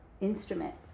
instrument